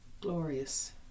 glorious